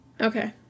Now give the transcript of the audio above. Okay